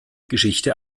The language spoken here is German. geschichte